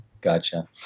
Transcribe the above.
Gotcha